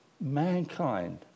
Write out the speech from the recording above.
Mankind